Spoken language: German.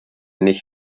nicht